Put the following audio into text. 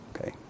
okay